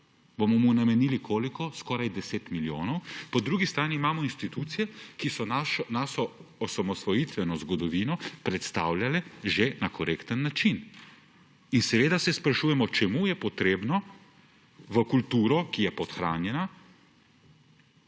sveta, namenili – koliko? Skoraj 10 milijonov, po drugi strani imamo institucije, ki so našo osamosvojitveno zgodovino predstavljale že na korekten način. In seveda se sprašujemo, čemu je potrebno v kulturi, ki je podhranjena,